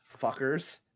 fuckers